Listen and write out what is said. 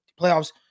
playoffs